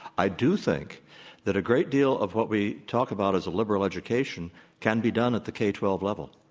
i do think that a great deal of what we talk about as a liberal education can be done at the k twelve level.